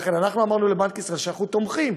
לכן אמרנו לבנק ישראל שאנחנו תומכים,